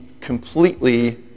completely